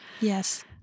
Yes